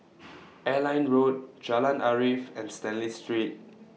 Airline Road Jalan Arif and Stanley Street